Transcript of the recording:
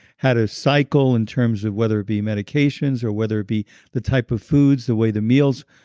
how to cycle in terms of whether it be medications or whether it be the type of foods, the way the meals.